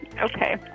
Okay